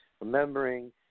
remembering